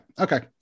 okay